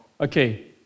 Okay